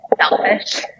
selfish